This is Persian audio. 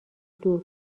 دور